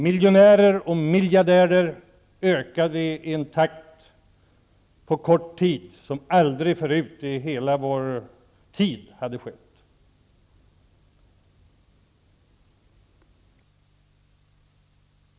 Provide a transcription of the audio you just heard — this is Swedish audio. Miljonärer och miljardärer ökade under kort tid i en takt som aldrig tidigare.